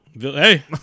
Hey